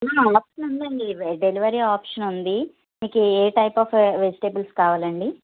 option ఉందండి delivery option ఉంది మీకు ఏ టైప్ ఆఫ్ వెజిటెబుల్స్ కావాలండి